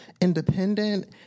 independent